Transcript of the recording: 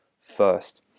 first